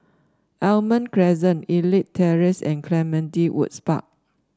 Almond Crescent Elite Terrace and Clementi Woods Park